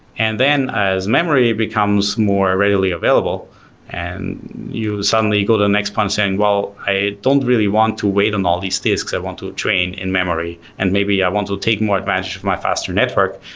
and then as memory becomes more readily available and you suddenly go to the next one saying well, i don't really want to wait on all these disks. i want to train in-memory and maybe i want to take more advantage of my faster network.